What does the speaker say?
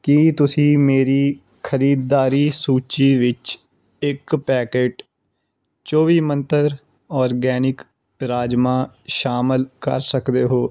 ਕੀ ਤੁਸੀਂ ਮੇਰੀ ਖਰੀਦਦਾਰੀ ਸੂਚੀ ਵਿੱਚ ਇੱਕ ਪੈਕੇਟ ਚੌਵੀ ਮੰਤਰਾ ਆਰਗੈਨਿਕ ਰਾਜਮਾ ਸ਼ਾਮਿਲ ਕਰ ਸਕਦੇ ਹੋ